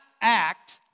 act